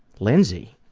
lindsey.